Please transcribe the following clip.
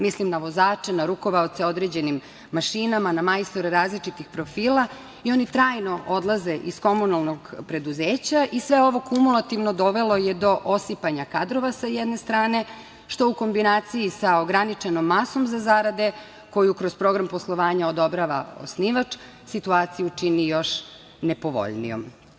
Mislim na vozače, na rukovaoce određenim mašinama, na majstore različitih profila i oni trajno odlaze iz komunalnog preduzeća i sve ovo kumulativno dovelo je do osipanja kadrova sa jedne strane, što u kombinaciji sa ograničenom masom za zarade koju kroz program poslovanja odobrava osnivač, situaciju čini još nepovoljnijom.